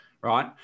right